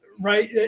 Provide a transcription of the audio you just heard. Right